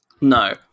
No